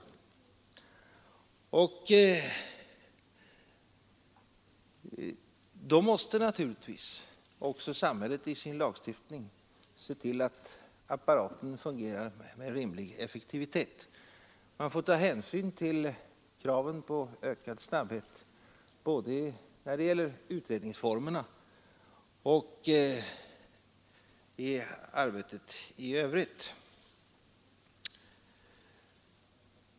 Då måste naturligtvis också samhället i sin lagstiftning se till att apparaten fungerar med rimlig effektivitet. Man får ta hänsyn till kraven på ökad snabbhet både när det gäller utredningsformerna och i arbetet i övrigt.